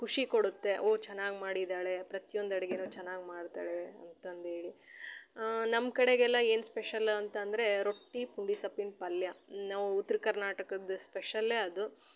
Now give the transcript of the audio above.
ಖುಷಿ ಕೊಡುತ್ತೆ ಓಹ್ ಚೆನ್ನಾಗಿ ಮಾಡಿದ್ದಾಳೆ ಪ್ರತ್ಯೊಂದು ಅಡುಗೆನು ಚೆನ್ನಾಗಿ ಮಾಡ್ತಾಳೆ ಅಂತ ಅಂದು ಹೇಳಿ ನಮ್ಮ ಕಡೆಗೆಲ್ಲ ಏನು ಸ್ಪೆಷಲ್ಲು ಅಂತ ಅಂದರೆ ರೊಟ್ಟಿ ಪುಂಡಿ ಸೊಪ್ಪಿನ ಪಲ್ಯ ನಾವು ಉತ್ರ ಕರ್ನಾಟಕದ ಸ್ಪೆಷಲ್ಲೆ ಅದು